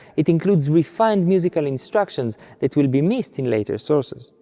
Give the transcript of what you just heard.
it includes refined musical instructions that will be missed in later sources,